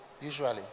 usually